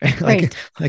Right